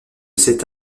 cet